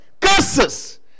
Curses